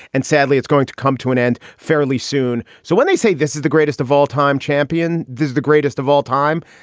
and sadly, it's going to come to an end fairly soon. so when they say this is the greatest of all time champion, this the greatest of all time,